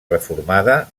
reformada